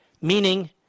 meaning